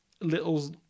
little